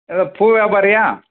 இது பூ வியாபாரியா